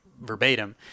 verbatim